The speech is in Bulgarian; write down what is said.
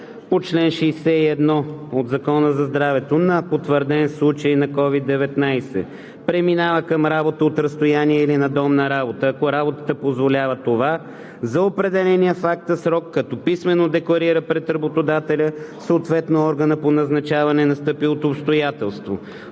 по чл. 61 от Закона за здравето на потвърден случай на COVID-19, преминава към работа от разстояние или надомна работа, ако работата позволява това, за определения в акта срок, като писмено декларира пред работодателя, съответно органа по назначаване, настъпилото обстоятелство.